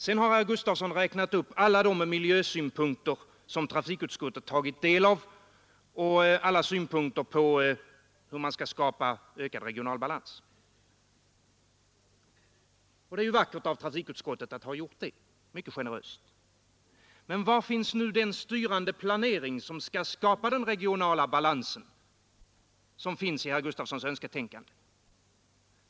Herr Gustafson har räknat upp alla de miljösynpunkter som trafikutskottet tagit del av och alla synpunkter på hur man skall skapa ökad regional balans, och det är ju vackert av trafikutskottet att ha gjort det — mycket generöst. Men var finns nu den styrande planering som skall skapa den regionala balans som finns i herr Gustafsons önsketänkande?